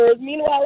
Meanwhile